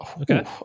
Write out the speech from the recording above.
Okay